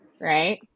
right